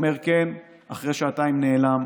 אומר כן, ואחרי שעתיים נעלם.